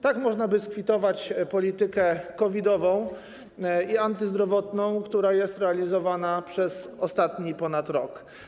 Tak można by skwitować politykę COVID-ową i antyzdrowotną, która jest realizowana przez ostatni ponad rok.